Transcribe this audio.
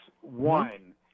One